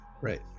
right